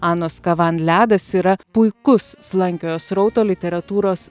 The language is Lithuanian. anos kavan ledas yra puikus slankiojo srauto literatūros